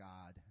God